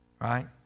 Right